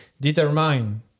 determine